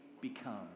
become